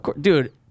Dude